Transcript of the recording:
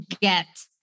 get